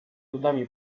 ludami